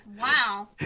Wow